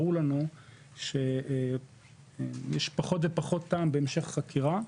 ברור לנו שיש פחות ופחות טעם בהמשך חקירה.